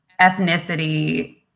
ethnicity